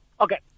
Okay